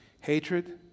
Hatred